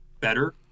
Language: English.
better